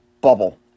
bubble